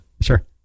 Sure